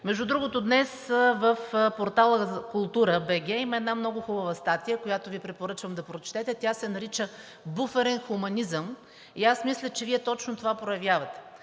Между другото, днес в портал „Култура.бг“ има една много хубава статия, която Ви препоръчвам да прочетете. Тя се нарича „Буферен хуманизъм“. Аз мисля, че Вие точно това проявявате